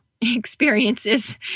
experiences